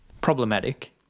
problematic